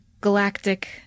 Galactic